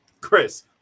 Chris